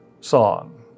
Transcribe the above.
song